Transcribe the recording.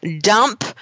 dump